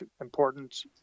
important